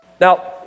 Now